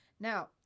Now